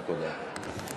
רק הודעה.